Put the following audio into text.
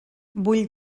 vull